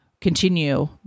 continue